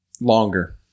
longer